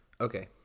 Okay